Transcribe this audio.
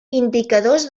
indicadors